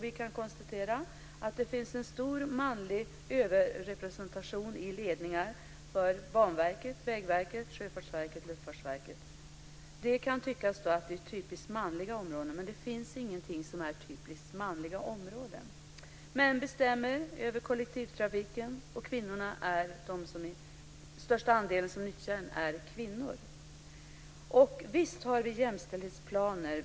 Vi kan konstatera att det finns en stor manlig överrepresentation i ledningen för Banverket, Vägverket, Sjöfartsverket och Luftfartsverket. Det kan tyckas att det är typiskt manliga områden, men det finns ingenting som är typiskt manliga områden. Män bestämmer över kollektivtrafiken och den största andelen bland dem som nyttjar den är kvinnor. Visst har vi jämställdhetsplaner.